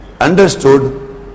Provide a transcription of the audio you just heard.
understood